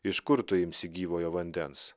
iš kur tu imsi gyvojo vandens